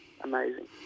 amazing